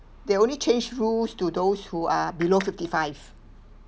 they only change rules to those who are below fifty-five